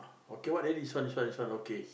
okay what there this one this one this one okay